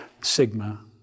Sigma